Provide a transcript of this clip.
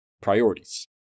priorities